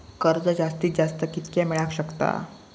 कर्ज जास्तीत जास्त कितक्या मेळाक शकता?